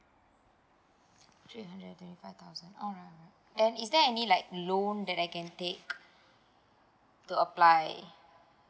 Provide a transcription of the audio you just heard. three hundred and twenty five thousand alright alright then is there any like loan that I can take to apply